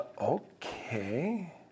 Okay